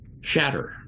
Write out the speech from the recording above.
Shatter